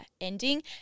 ending